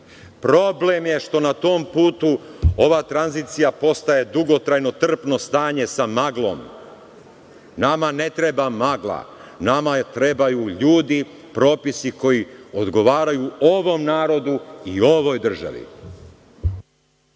Problem je što na tom putu ova tranzicija postaje dugotrajno trpno stanje sa maglom. Nama ne treba magla, nama trebaju ljudi, propisi koji odgovaraju ovom narodu i ovoj državi.